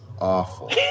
awful